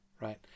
right